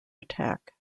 attack